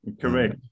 correct